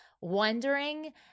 wondering